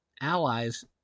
allies